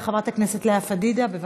חברת הכנסת לאה פדידה, בבקשה,